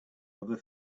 other